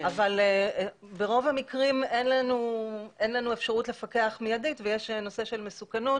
אבל ברוב המקרים אין לנו אפשרות לפקח מיידית ויש נושא של מסוכנות